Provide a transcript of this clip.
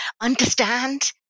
understand